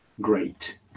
great